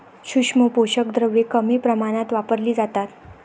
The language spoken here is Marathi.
सूक्ष्म पोषक द्रव्ये कमी प्रमाणात वापरली जातात